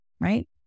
right